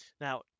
Now